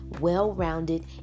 well-rounded